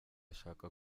ashaka